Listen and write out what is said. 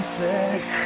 sick